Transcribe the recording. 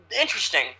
interesting